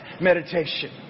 meditation